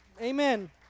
amen